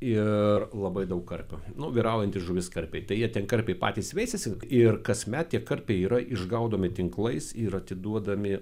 ir labai daug karpių nu vyraujanti žuvis karpiai tai jie ten karpiai patys veisiasi ir kasmet tie karpiai yra išgaudomi tinklais ir atiduodami